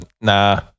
Nah